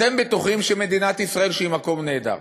אתם בטוחים שמדינת ישראל, שהיא מקום נהדר,